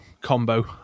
combo